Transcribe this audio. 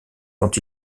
dont